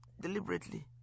deliberately